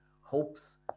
hopes